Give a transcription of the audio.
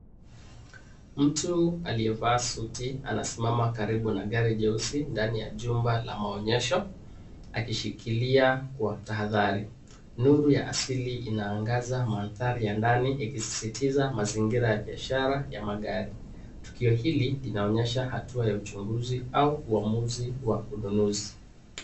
Mtu aliyevaa suti anasimama karibu na gari jeusi ndani ya jumba la maonyesho akishikilia kwa tahadhari. Nuru ya asili inaangaza mandhari ya ndani yakisisitiza mazingira ya biashara ya magari. Tuko hili linaonyesha hatua ya uchunguzi au uamuzi wa ununuzi.